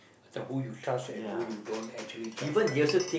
the who you trust and who you don't actually trust lah